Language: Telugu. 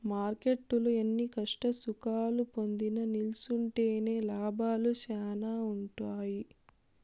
మార్కెట్టులో ఎన్ని కష్టసుఖాలు పొందినా నిల్సుంటేనే లాభాలు శానా ఉంటాయి